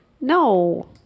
No